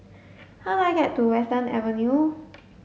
how do I get to Western Avenue